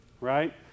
right